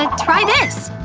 ah try this!